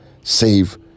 save